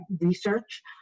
research